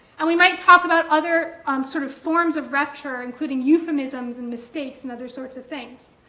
and we might talk about other um sort of forms of rupture, including euphemisms, and mistakes, and other sorts of things.